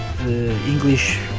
English